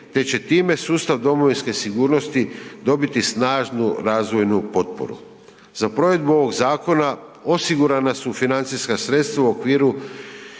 te će time sustav domovinske sigurnosti dobiti snažnu razvojnu potporu. Za provedbu ovog zakona osigurana su financijska sredstva u okviru